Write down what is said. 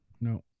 No